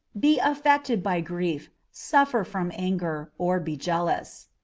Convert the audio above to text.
be affected by grief, suffer from anger, or be jealous.